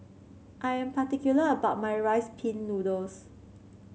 I am particular about my Rice Pin Noodles